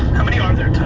how many are there,